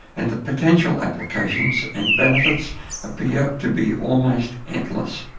and the potential applications and benefits appear to be almost endless.